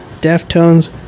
Deftones